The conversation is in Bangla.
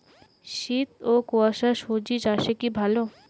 শীত ও কুয়াশা স্বজি চাষে কি ভালো?